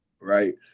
right